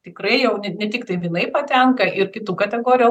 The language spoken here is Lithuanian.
tikrai jau ne ne tiktai vynai patenka ir kitų kategorijų